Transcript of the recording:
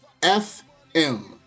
FM